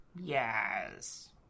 Yes